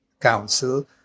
council